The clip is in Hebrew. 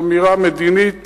אמירה מדינית